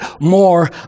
more